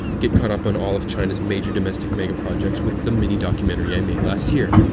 get caught up on all of china's major domestic megaprojects with the mini-documentary i made last year,